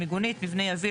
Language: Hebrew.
"מיגונית" - מבנה יביל,